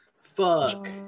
Fuck